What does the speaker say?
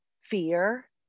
fear